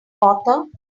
author